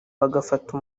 bagafata